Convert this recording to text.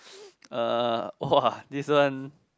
uh !wah! this one